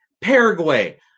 Paraguay